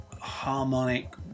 harmonic